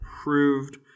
approved